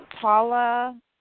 Paula